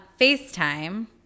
FaceTime